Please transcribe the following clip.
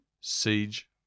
Siege